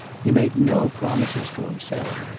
he made no promises to himself.